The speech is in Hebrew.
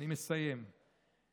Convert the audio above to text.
אני מסיים.